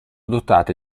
dotate